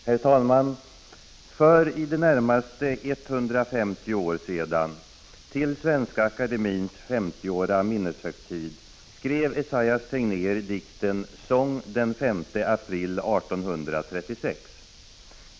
Herr talman! För, i det närmaste, 150 år sedan, till Svenska akademiens 50-åra minneshögtid, skrev Esaias Tegnér dikten Sång den 5 april 1836.